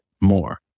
more